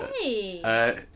Hey